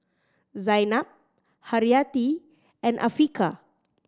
Zaynab Haryati and Afiqah